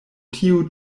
tio